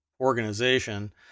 organization